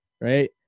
right